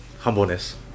humbleness